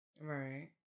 Right